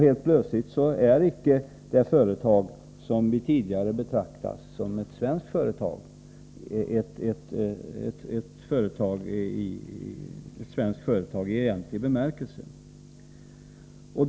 Helt plötsligt är det företag som vi tidigare betraktat som svenskt icke ett svenskt företag i egentlig bemärkelse.